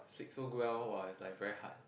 speak so well !wah! is like very hard